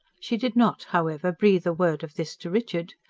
she did not, however, breathe a word of this to richard.